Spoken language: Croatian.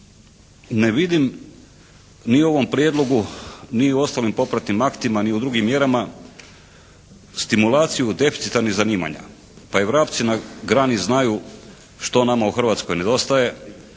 ne vidim ni u ovom prijedlogu ni u ostalim popratnim aktima ni u drugim mjerama, stimulaciju deficitarnih zanimanja. Pa i vrapci na grani znaju što nama u Hrvatskoj nedostaje.